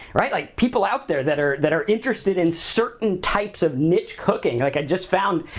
right? like, people out there that are that are interested in certain types of niche cooking. like, i just found,